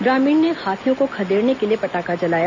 ग्रामीण ने हाथियों को खदेड़ने के लिए पटाखा जलाया